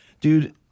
dude